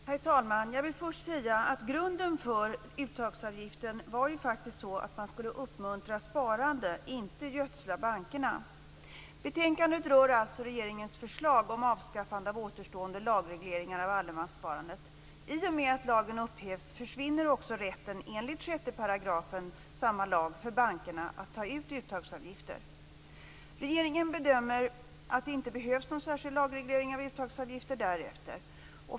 Herr talman! Jag vill först säga att grunden för uttagsavgiften faktiskt var att man skulle uppmuntra sparande, inte gödsla bankerna. Betänkandet rör alltså regeringens förslag om avskaffande av återstående lagregleringar av allemanssparandet. I och med att lagen upphävs försvinner också rätten för bankerna att enligt 6 § samma lag ta ut uttagsavgifter. Regeringen bedömer att det inte behövs någon särskild lagreglering av uttagsavgifter därefter.